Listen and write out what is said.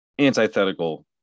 antithetical